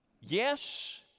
Yes